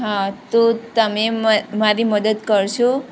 હા તો તમે મારી મદદ કરશો